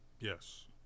Yes